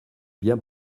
bien